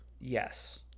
Yes